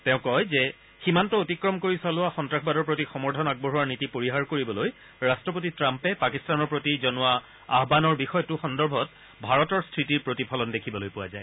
তেওঁ কয় যে সীমান্ত অতিক্ৰম কৰি চলোৱা সন্নাসবাদৰ প্ৰতি সমৰ্থন আগবঢ়োৱাৰ নীতি পৰিহাৰ কৰিবলৈ ৰট্টপতি ট্ৰাম্পে পাকিস্তানৰ প্ৰতি জনোৱা আয়ানৰ বিষয়টো সন্দৰ্ভত ভাৰতৰ শ্বিতিৰ প্ৰতিফলন দেখিবলৈ পোৱা যায়